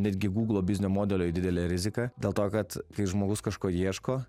netgi guglo biznio modeliui didelė rizika dėl to kad kai žmogus kažko ieško